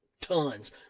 tons